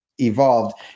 evolved